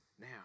now